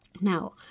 Now